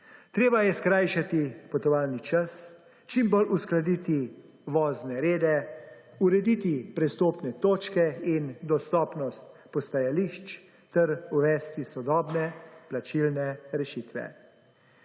Treba je skrajšati potovalni čas, čim bolj uskladiti vozne rede, urediti prestopne točke in dostopnost postajališč, ter uvesti sodobne plačilne rešitve.